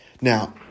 Now